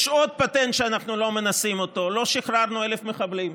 יש עוד פטנט שאנחנו לא מנסים לא שחררנו 1,000 מחבלים.